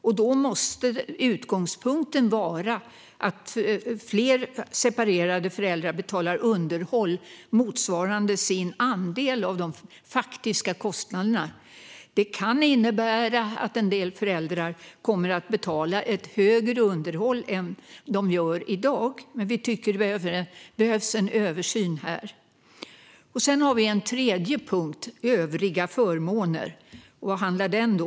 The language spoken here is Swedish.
Utgångspunkten måste vara att fler separerade föräldrar betalar underhåll motsvarande sin andel av de faktiska kostnaderna, vilket kan komma att innebära att en del föräldrar får betala ett högre underhåll än vad de gör i dag. Vi har en tredje punkt, Övriga förmåner. Vad handlar den om?